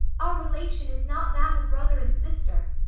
our relation is not that of brother and sister.